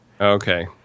Okay